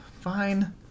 fine